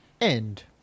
End